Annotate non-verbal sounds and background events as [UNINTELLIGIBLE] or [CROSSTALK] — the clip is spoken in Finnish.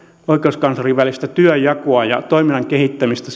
oikeuskanslerin välistä työnjakoa ja toiminnan kehittämistä [UNINTELLIGIBLE]